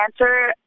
answer